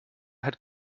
had